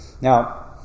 Now